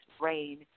rain